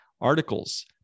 articles